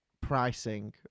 pricing